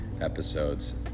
episodes